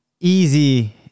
easy